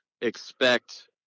expect